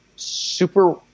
super